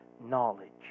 knowledge